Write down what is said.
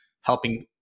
helping